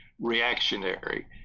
reactionary